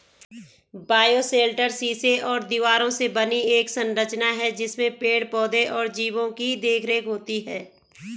bioshelter शीशे और दीवारों से बनी एक संरचना है जिसमें पेड़ पौधे और जीवो की देखरेख होती है